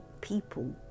people